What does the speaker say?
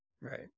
Right